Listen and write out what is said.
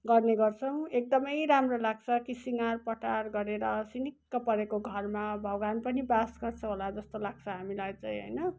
गर्ने गर्छौँ एकदमै राम्रो लाग्छ कि सिँगारपटार गरेर सिनिक्क परेको घरमा भगवान पनि बास गर्छ होला जस्तो लाग्छ हामीलाई चाहिँ होइन